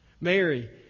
Mary